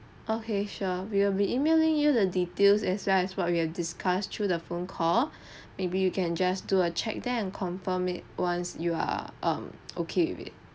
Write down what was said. okay sure we will be E mailing you the details as well as what we have discussed through the phone call maybe you can just do a check then confirm it once you are um okay with it